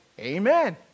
amen